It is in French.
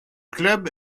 club